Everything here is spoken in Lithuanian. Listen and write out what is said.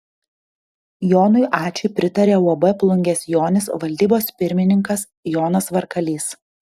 jonui ačui pritarė uab plungės jonis valdybos pirmininkas jonas varkalys